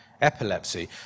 epilepsy